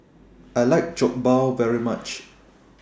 I like Jokbal very much